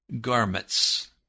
garments